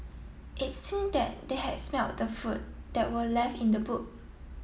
it seemed that they had smelt the food that were left in the boot